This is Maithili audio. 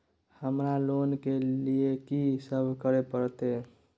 हमरा लोन के लिए की सब करे परतै?